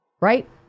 right